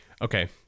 Okay